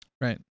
Right